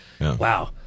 wow